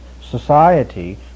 society